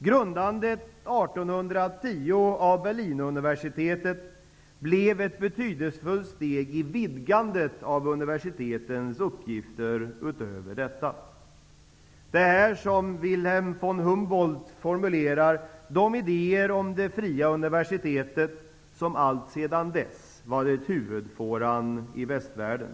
Grundandet av Berlinuniversitet år 1810 blev ett betydelsefullt steg i vidgandet av universitetens uppgifter. Här formulerar Wilhelm von Humboldt de idéer om det fria universitetet som alltsedan dess varit huvudfåran i västvärlden.